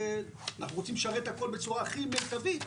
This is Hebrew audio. אנחנו רוצים לשרת את הכול בצורה הכי מיטבית,